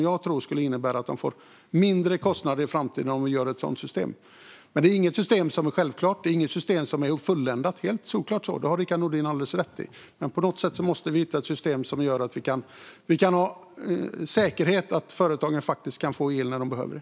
Jag tror att vi skulle få lägre kostnader i framtiden med ett sådant system. Men det finns inget system som är självklart. Inget system är fulländat. Det har Rickard Nordin alldeles rätt i. Men vi måste på något sätt hitta ett system som gör att vi kan ha en säkerhet, så att företagen kan få el när de behöver det.